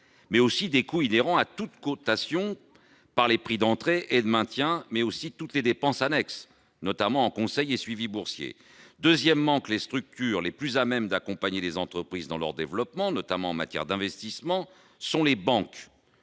la bourse, des coûts inhérents à toute cotation, au travers des prix d'entrée et de maintien, mais aussi de toutes les dépenses annexes, notamment pour le conseil et le suivi boursiers. Ils n'ignorent pas, deuxièmement, que les structures les plus à même d'accompagner les entreprises dans leur développement, notamment en matière d'investissement, sont les banques,